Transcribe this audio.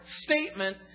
statement